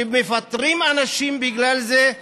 שמפטרים אנשים בגלל זה,